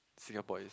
Singapore is